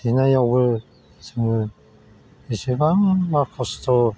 थेनायावबो जोङो बेसेबांबा खस्थ'